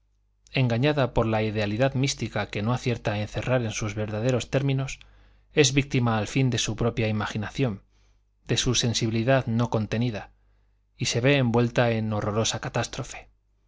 engañada por la idealidad mística que no acierta a encerrar en sus verdaderos términos es víctima al fin de su propia imaginación de su sensibilidad no contenida y se ve envuelta en horrorosa catástrofe